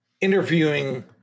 Interviewing